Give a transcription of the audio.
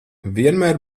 vienmēr